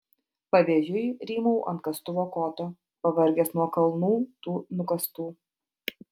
pavėjui rymau ant kastuvo koto pavargęs nuo kalnų tų nukastų